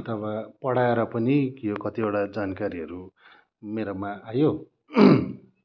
अथवा पढाएर पनि यो कतिवटा जानकारीहरू मेरोमा आयो